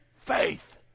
faith